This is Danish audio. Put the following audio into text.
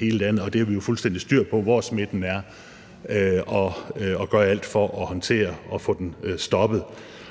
hele landet. Og det har vi jo fuldstændig styr på, altså hvor smitten er, og vi gør alt for at håndtere den og få den stoppet.